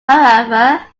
however